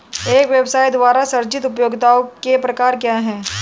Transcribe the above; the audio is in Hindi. एक व्यवसाय द्वारा सृजित उपयोगिताओं के प्रकार क्या हैं?